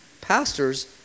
Pastors